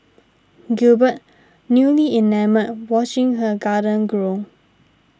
Gilbert newly enamoured watching her garden grow